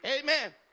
Amen